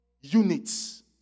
units